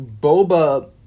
Boba